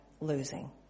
losing